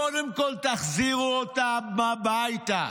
קודם כול תחזירו אותם הביתה.